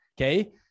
okay